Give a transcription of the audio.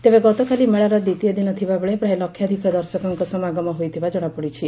ତେବେ ଗତକାଲି ମେଳାର ଦିତୀୟ ଦିନ ଥିବାବେଳେ ପ୍ରାୟ ଲକାଧିକ ଦର୍ଶକଙ୍କ ସମାଗମ ହୋଇଥିବା ଜଣାପଡିଛି